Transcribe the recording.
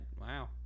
Wow